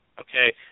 okay